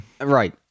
Right